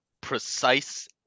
precise